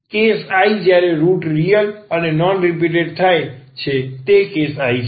case I જ્યારે root real અને non repeated થાય છે તે કેસ I છે